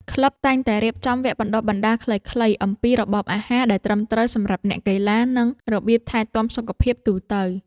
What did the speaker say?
ក្លឹបតែងតែរៀបចំវគ្គបណ្ដុះបណ្ដាលខ្លីៗអំពីរបបអាហារដែលត្រឹមត្រូវសម្រាប់អ្នកកីឡា និងរបៀបថែទាំសុខភាពទូទៅ។